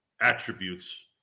attributes